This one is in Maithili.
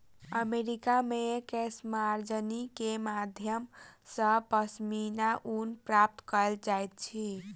अमेरिका मे केशमार्जनी के माध्यम सॅ पश्मीना ऊन प्राप्त कयल जाइत अछि